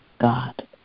God